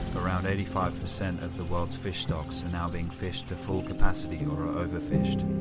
around eighty five percent of the world's fish stocks are now being fished to full capacity or are overfished.